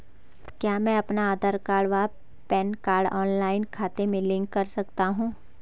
क्या मैं अपना आधार व पैन कार्ड ऑनलाइन खाते से लिंक कर सकता हूँ?